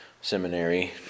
seminary